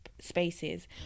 spaces